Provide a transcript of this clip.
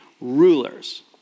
rulers